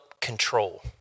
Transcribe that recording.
control